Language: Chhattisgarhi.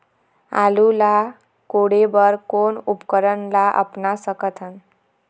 आलू ला कोड़े बर कोन उपकरण ला अपना सकथन?